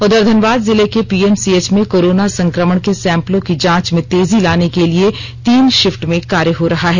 उधर धनबाद जिले के पीएमसीएच में कोरोना संक्रमण के सैंपलों की जांच में तेजी लाने के लिए तीन शिफ्ट में कार्य हो रहा है